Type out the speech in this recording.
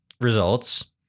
results